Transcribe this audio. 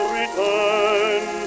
return